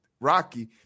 Rocky